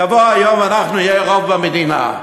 יבוא היום ואנחנו נהיה רוב במדינה.